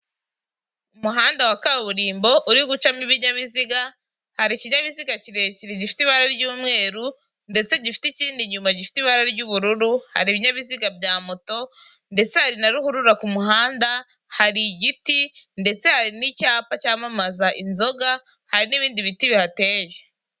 Umuhanda wa kaburimbo uri gucamo ibinyabiziga; hari ikinyabiziga kirekire gifite ibara ry'umweru ndetse gifite ikindi inyuma gifite ibara ry'ubururu; hari ibinyabiziga bya moto ndetse hari na ruhurura ku muhanda; hari igiti ndetse hari n'icyapa cyamamaza inzoga hari n'ibindi biti bihateye.